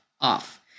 off